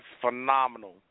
phenomenal